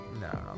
No